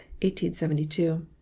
1872